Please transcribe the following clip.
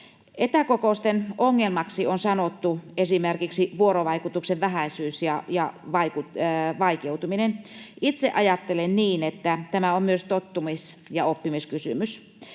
Etäkokousten ongelmaksi on sanottu esimerkiksi vuorovaikutuksen vähäisyys ja vaikeutuminen. Itse ajattelen niin, että tämä on myös tottumis- ja oppimiskysymys.